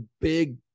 big